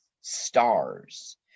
stars